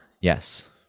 Yes